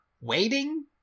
waiting